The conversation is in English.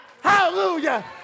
hallelujah